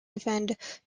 defended